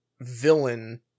villain